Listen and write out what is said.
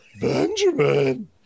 Benjamin